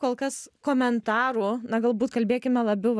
kol kas komentarų na galbūt kalbėkime labiau